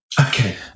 Okay